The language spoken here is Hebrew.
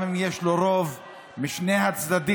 גם אם יש לו רוב משני הצדדים,